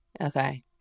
Okay